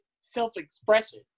self-expression